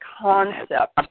concept